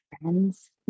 friends